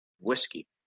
whiskey